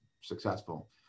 successful